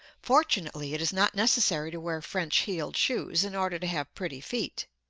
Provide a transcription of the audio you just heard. fortunately, it is not necessary to wear french-heeled shoes in order to have pretty feet.